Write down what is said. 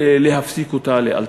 ולהפסיק אותה לאלתר.